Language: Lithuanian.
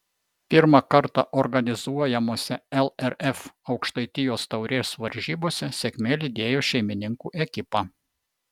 pirmą kartą organizuojamose lrf aukštaitijos taurės varžybose sėkmė lydėjo šeimininkų ekipą